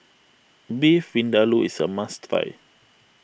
Beef Vindaloo is a must try